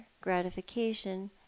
gratification